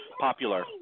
popular